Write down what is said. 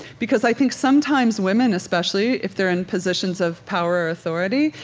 because i think sometimes women especially, if they're in positions of power or authority,